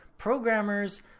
programmers